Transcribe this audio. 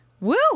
Woo